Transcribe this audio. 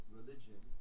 religion